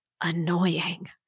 annoying